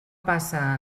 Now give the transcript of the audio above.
passa